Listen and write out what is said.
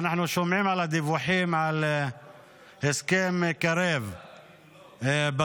אנחנו שומעים דיווחים על הסכם קרב בצפון.